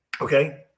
Okay